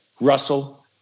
Russell